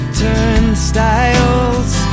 turnstiles